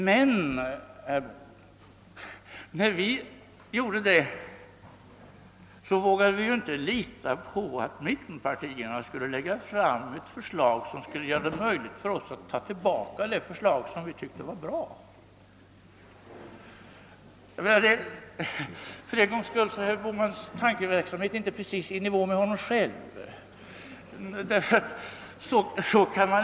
Men vid arbetet med förslaget vågade vi ju inte, herr Bohman, lita på att mittenpartierna skulle lägga fram ett förslag, som skulle göra det möjligt för oss att ta tillbaka det förslag vi ansåg vara bra. För en gångs skull var herr Bohmans tankeverksamhet inte riktigt i nivå med honom själv.